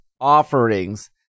offerings